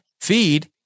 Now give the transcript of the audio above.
feed